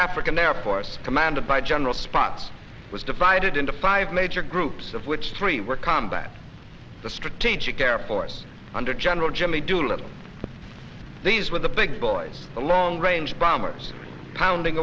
african air force commanded by general spots was divided into five major groups of which three were combat the strategic air force under general jimmy doolittle these with the big boys the long range bombers pounding